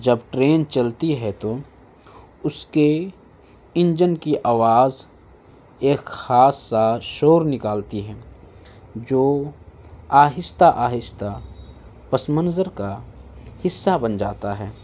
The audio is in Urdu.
جب ٹرین چلتی ہے تو اس کے انجن کی آواز ایک خاص سا شور نکالتی ہے جو آہستہ آہستہ پس منظر کا حصہ بن جاتا ہے